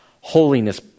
holiness